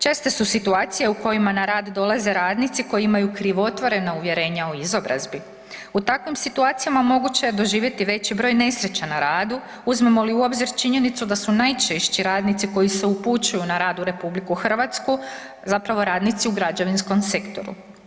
Česte su situacije u kojima na rad dolaze radnici koji imaju krivotvorena uvjerenja o izobrazbi, u takvim situacijama moguće je doživjeti veći broj nesreća u radu uzmemo li u obzir činjenicu da su najčešći radnici koji se upućuju na rad u RH zapravo radnici u građevinskom sektoru.